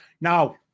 Now